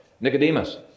Nicodemus